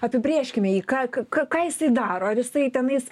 apibrėžkim į ką ką ką jis tai daro ar jisai tenais